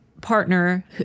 partner